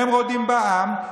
והם רודים בעם,